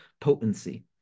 potency